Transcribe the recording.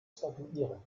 statuieren